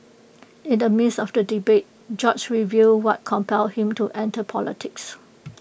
in the midst of the debate George revealed what compelled him to enter politics